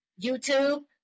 YouTube